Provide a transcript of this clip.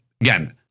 again